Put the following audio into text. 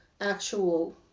actual